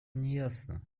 неясно